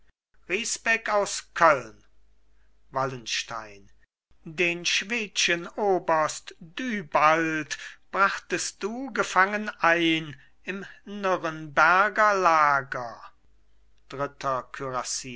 risbeck aus köln wallenstein den schwedschen oberst dübald brachtest du gefangen ein im nürenberger lager dritter